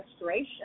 restoration